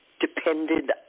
depended